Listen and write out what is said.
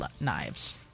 knives